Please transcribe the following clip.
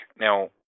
Now